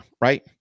right